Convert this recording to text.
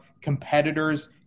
competitors